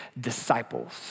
disciples